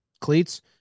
cleats